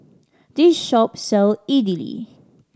this shop sell Idili